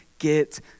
Get